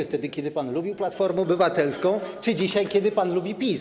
Wtedy kiedy pan lubił Platformę Obywatelską czy dzisiaj, kiedy pan lubi PiS?